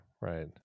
right